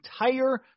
entire